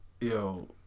yo